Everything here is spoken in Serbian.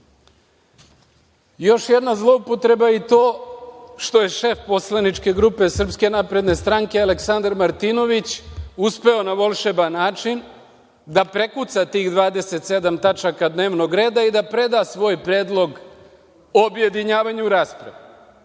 jedna zloupotreba i to što je šef poslaničke grupe SNS Aleksandar Martinović uspeo na volšeban način da prekuca tih 27 tačaka dnevnog reda i da preda svoj predlog o objedinjavanju rasprave.